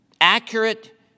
accurate